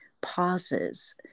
pauses